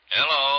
Hello